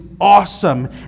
awesome